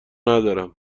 ندارم